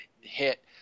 hit –